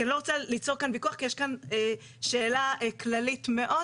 כי אני לא רוצה ליצור כאן ויכוח כי יש כאן שאלה כללית מאוד,